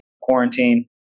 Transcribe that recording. quarantine